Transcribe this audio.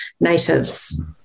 natives